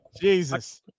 Jesus